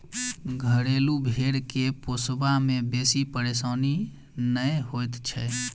घरेलू भेंड़ के पोसबा मे बेसी परेशानी नै होइत छै